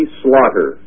slaughter